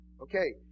Okay